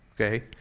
okay